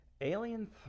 Alien